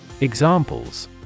Examples